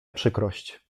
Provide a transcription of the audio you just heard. przykrość